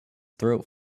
throat